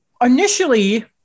initially